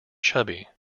chubby